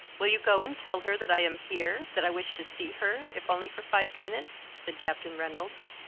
will you go and tell her that i am here, that i wish to see her if only for five minutes, said captain reynolds.